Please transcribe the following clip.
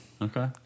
Okay